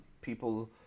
people